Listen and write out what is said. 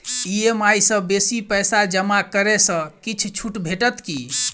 EMI सँ बेसी पैसा जमा करै सँ किछ छुट भेटत की?